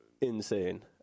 insane